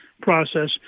process